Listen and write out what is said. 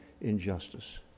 injustice